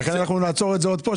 לכן אנחנו נעצור את זה עוד פה,